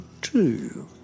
two